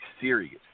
serious